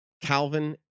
Calvin